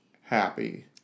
happy